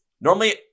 normally